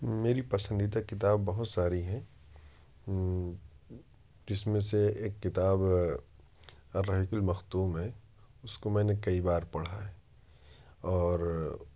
میری پسندیدہ کتاب بہت ساری ہیں جس میں سے ایک کتاب الرحیق المختوم ہے اس کو میں نے کئی بار پڑھا ہے اور